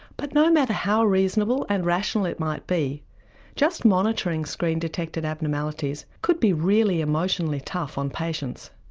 but no matter how reasonable and rational it might be just monitoring screen-detected abnormalities could be really emotionally tough on patients.